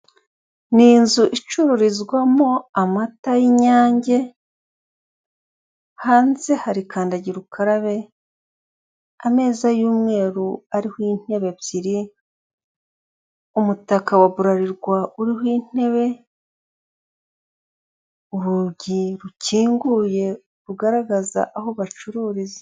Ni inzu icururizwamo amata y'inyange, hanze hari kandagira ukarabe, ameza y'umweru ariho intebe ebyiri umutaka wa buralirwa uriho intebe, urugi rukinguye bugaragaza aho bacururiza.